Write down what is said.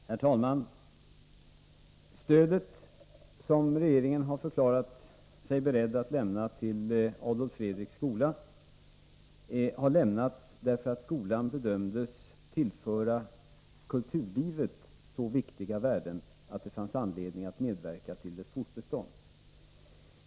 Herr talman! Det stöd som regeringen har förklarat sig beredd att lämna till Adolf Fredriks skola har vi beslutat lämna därför att skolan bedömts tillföra kulturlivet så viktiga värden att det fanns anledning att medverka till dess fortbestånd.